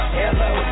hello